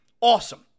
awesome